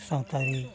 ᱥᱟᱶᱛᱟᱨᱤ